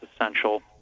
essential